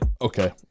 Okay